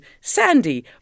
Sandy